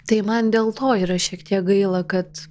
tai man dėl to yra šiek tiek gaila kad